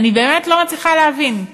אני באמת לא מצליחה להבין.